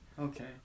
Okay